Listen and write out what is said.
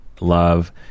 love